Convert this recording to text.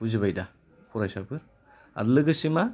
बुजिबाय दा फरायसाफोर आरो लोगोसे मा